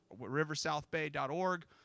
riversouthbay.org